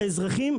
כאזרחים,